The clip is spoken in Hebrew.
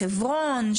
חברון,